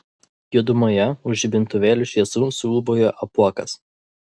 juodumoje už žibintuvėlių šviesų suūbauja apuokas